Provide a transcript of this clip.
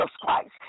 Christ